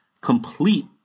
complete